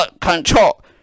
control